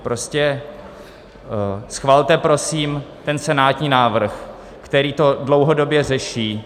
Prostě schvalte prosím ten senátní návrh, který to dlouhodobě řeší.